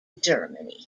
germany